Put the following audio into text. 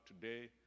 today